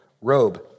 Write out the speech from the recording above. robe